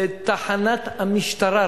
לתחנת המשטרה,